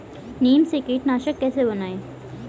नीम से कीटनाशक कैसे बनाएं?